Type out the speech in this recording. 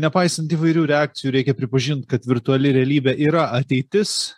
nepaisant įvairių reakcijų reikia pripažint kad virtuali realybė yra ateitis